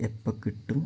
എപ്പം കിട്ടും